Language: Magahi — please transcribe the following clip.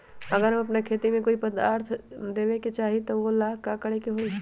अगर हम अपना खेती में कोइ खाद्य पदार्थ देबे के चाही त वो ला का करे के होई?